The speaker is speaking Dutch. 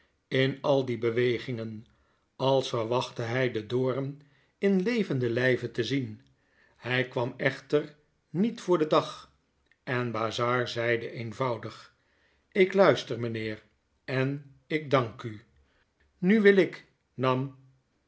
in al die bewegingen als verwachtte hij den doom in levenden lijve te zien hij kwam echter niet voor den dag en bazzard zeide eenvoudig ik luister mynheer en ik dank u nu wil ik